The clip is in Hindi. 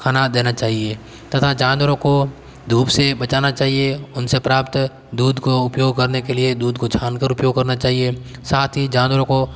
खाना देना चाहिए तथा जानवरों को धूप से बचाना चाहिए उनसे प्राप्त दूध को उपयोग करने के लिए दूध को छानकर उपयोग करना चाहिए साथ ही जानवरों को